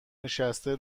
نشسته